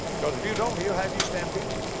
cause if you don't, he'll have you stampeded.